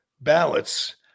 ballots